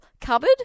cupboard